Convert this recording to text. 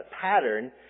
pattern